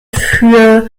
für